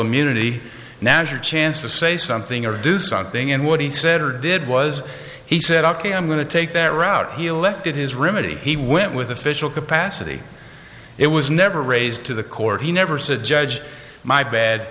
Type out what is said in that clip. immunity now's your chance to say something or do something and what he said or did was he said ok i'm going to take that route he'll let that his remaining he went with official capacity it was never raised to the court he never said judge my bad